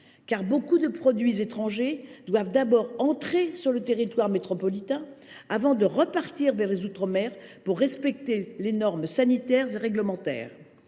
beaucoup de produits étrangers doivent d’abord entrer sur le territoire métropolitain avant d’être réexpédiés vers les outre mer, et ce afin de respecter les normes sanitaires et réglementaires.